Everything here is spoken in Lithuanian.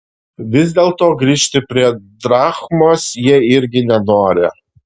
vis dėlto grįžti prie drachmos jie irgi nenori